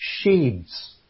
shades